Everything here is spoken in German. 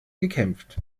gekämpft